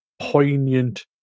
poignant